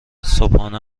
صبحانه